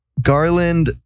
Garland